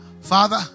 Father